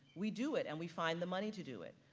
we do it and we find the money to do it.